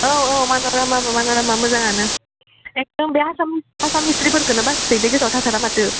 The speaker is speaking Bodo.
औ औ मानरामाबो मानरामा मोजाङानो एखदम बे आसाम आसाम हिसट्रिफोरखोनो बासैलै गोसोआव थाथारा माथो